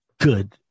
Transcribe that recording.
good